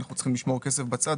אנחנו צריכים לשמור כסף בצד,